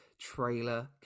trailer